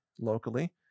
locally